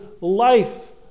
life